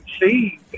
see